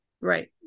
Right